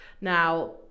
now